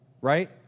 Right